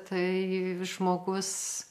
tai žmogus